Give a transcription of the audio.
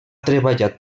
treballat